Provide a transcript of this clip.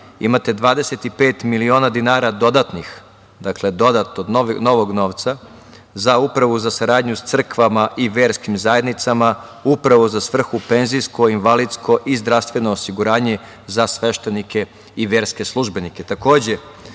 25 miliona dinara dodatnih, dakle dodatog novog novca za Upravu za saradnju sa crkvama i verskim zajednicama upravo za svrhu penzijskog, invalidskog i zdravstvenog osiguranja za sveštenike i verske službenike. Takođe,